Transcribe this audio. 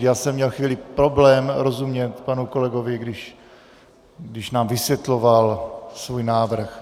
Já jsem měl chvíli problém rozumět panu kolegovi, když nám vysvětloval svůj návrh.